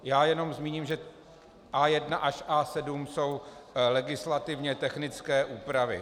Já jenom zmíním, že A1 až A7 jsou legislativně technické úpravy.